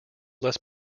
less